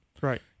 Right